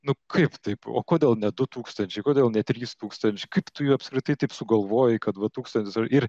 nu kaip taip o kodėl ne du tūkstančiai kodėl ne trys tūkstančiai kaip tu jų apskritai taip sugalvojai kad va tūkstantis ir